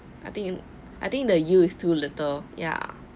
I think I think the youth to little ya